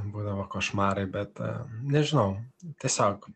būdavo košmarai bet nežinau tiesiog